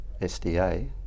SDA